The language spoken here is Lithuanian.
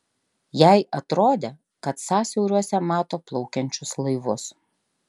jai atrodė kad sąsiauriuose mato plaukiančius laivus